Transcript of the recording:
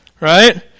right